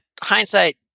hindsight